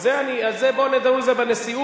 על זה בוא ונדון בנשיאות,